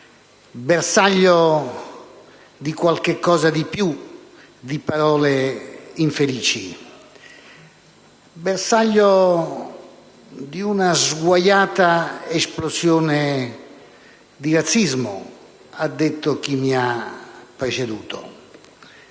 bersaglio di qualcosa di più di parole infelici: bersaglio di una sguaiata esplosione di razzismo, ha detto chi mi ha preceduto.